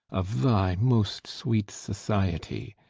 of thy most sweet society.